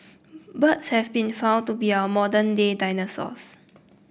birds have been found to be our modern day dinosaurs